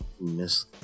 miss